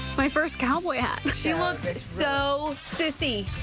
my first cowboy hat. she looks so sissy.